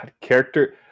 character